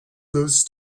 those